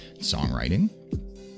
songwriting